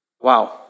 Wow